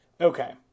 Okay